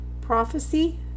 Prophecy